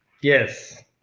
Yes